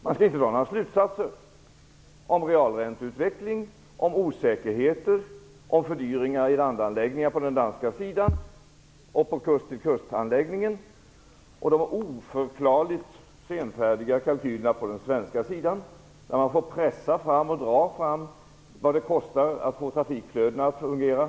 Vi skall inte dra några slutsatser om realränteutvecklingen, om osäkerheter, om fördyringar i landanläggningar på den danska sidan, om kust-till-kust-anläggningen och om de oförklarligt senfärdiga kalkylerna på den svenska sidan; man får pressa fram information om vad det kostar att få trafikflödena att fungera.